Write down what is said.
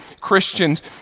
Christians